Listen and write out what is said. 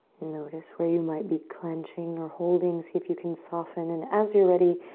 notice where you might be clenching or holding. see if you can soften and as you're ready,